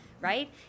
right